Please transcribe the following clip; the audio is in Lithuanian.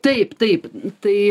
taip taip tai